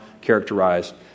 characterized